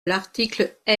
l’article